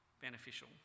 beneficial